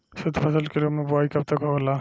शुद्धफसल के रूप में बुआई कब तक होला?